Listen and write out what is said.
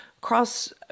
cross